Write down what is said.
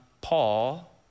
Paul